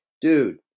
dude